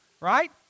right